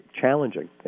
challenging